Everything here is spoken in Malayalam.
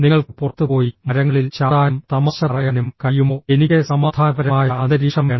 നിങ്ങൾക്ക് പുറത്ത് പോയി മരങ്ങളിൽ ചാടാനും തമാശ പറയാനും കഴിയുമോ എനിക്ക് സമാധാനപരമായ അന്തരീക്ഷം വേണം